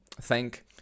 thank